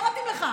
לא מתאים לך.